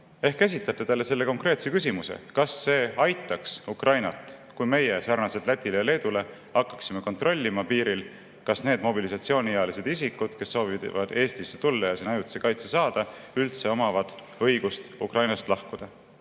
Ehk esitate talle selle konkreetse küsimuse, kas see aitaks Ukrainat, kui meie sarnaselt Läti ja Leeduga hakkaksime kontrollima piiril, kas need mobilisatsiooniealised isikud, kes soovivad Eestisse tulla ja siin ajutise kaitse saada, üldse omavad õigust Ukrainast lahkuda.